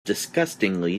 disgustingly